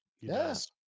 Yes